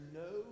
no